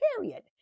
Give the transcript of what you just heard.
period